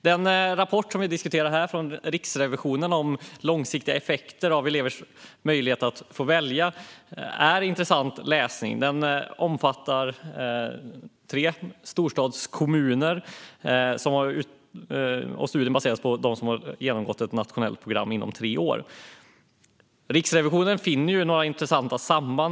Den rapport från Riksrevisionen som vi här diskuterar handlar om långsiktiga effekter av att elever fått möjlighet att välja. Det är en intressant läsning. Den omfattar tre storstadskommuner, och studien baseras på dem som har genomgått ett nationellt program inom tre år. Riksrevisionen finner några intressanta samband.